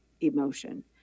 emotion